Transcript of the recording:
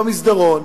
במסדרון,